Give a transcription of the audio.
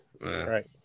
right